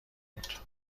بود